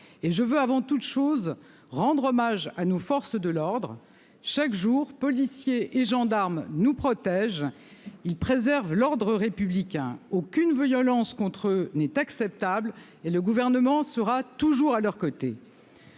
et je veux avant toute chose, rendre hommage à nos forces de l'ordre, chaque jour, policiers et gendarmes nous protège, il préserve l'ordre républicain, aucune violence contre n'est acceptable et le gouvernement sera toujours à leurs côtés.